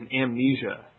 amnesia